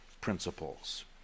principles